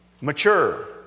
mature